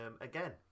Again